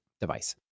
device